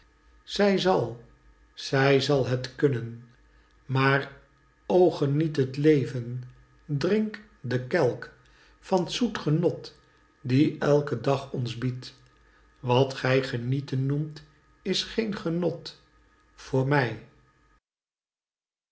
zij zal zij zal het kunnen maar o geniet het leven drink den kelk van t zoet genot dien elke dag ons biedt wat gij genieten noemt is geen genot voor mij